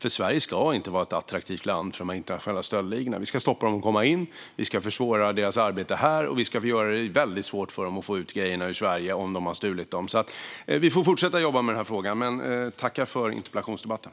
Sverige ska nämligen inte vara ett attraktivt land för de här internationella stöldligorna. Vi ska stoppa dem från att komma in, vi ska försvåra deras arbete här och vi ska göra det väldigt svårt för dem att få ut grejerna ur Sverige om de har stulit dem. Vi får alltså fortsätta jobba med den här frågan, men jag tackar för interpellationsdebatten.